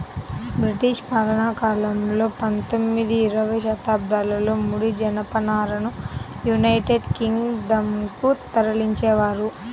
British పాలనాకాలంలో పందొమ్మిది, ఇరవై శతాబ్దాలలో ముడి జనపనారను యునైటెడ్ కింగ్ డం కు తరలించేవారు